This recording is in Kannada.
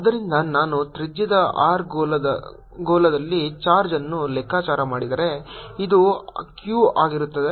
ಆದ್ದರಿಂದ ನಾನು ತ್ರಿಜ್ಯದ r ಗೋಳದಲ್ಲಿ ಚಾರ್ಜ್ ಅನ್ನು ಲೆಕ್ಕಾಚಾರ ಮಾಡಿದರೆ ಇದು q ಆಗಿರುತ್ತದೆ